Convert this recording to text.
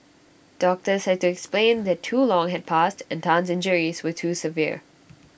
doctors had to explain that too long had passed and Tan's injuries were too severe